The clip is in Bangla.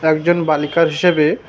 একজন বালিকার হিসেবে